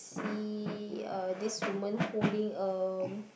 see uh this woman holding uh